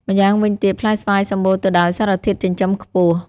ម្យ៉ាងវិញទៀត ផ្លែស្វាយសម្បូរទៅដោយ សារធាតុចិញ្ចឹមខ្ពស់។